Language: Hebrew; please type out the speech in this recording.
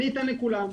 אני אתן לכולם.